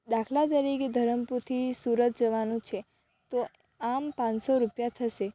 દાખલા તરીકે ધરમપુરથી સુરત જવાનું છે તો આમ પાંચસો રૂપિયા થશે